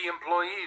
employees